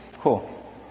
Cool